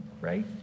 right